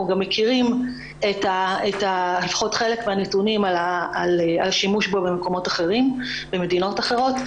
אנחנו גם מכירים לפחות חלק מהנתונים על שימוש בו במדינות אחרות.